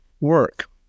work